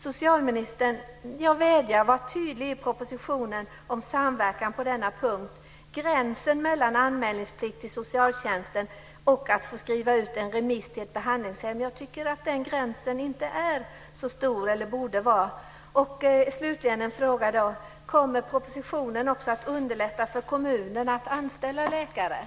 Socialministern, jag vädjar: Var tydlig i propositionen om samverkan på denna punkt. Gränsen mellan anmälningsplikt till socialtjänsten och att skriva ut remiss till ett behandlingshem tycker jag inte borde vara så markerad.